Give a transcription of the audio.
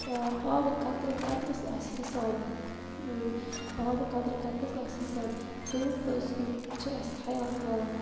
آبہٕ قطرٕ قطرَس آسہِ حِسابہٕ آبہٕ قطرٕ قطرَس آسہِ حِساب تَمیُک تہٕ حظ چھُ اَسہِ خیال تھاوان